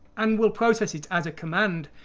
and we'll process it as a command